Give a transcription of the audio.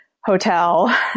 hotel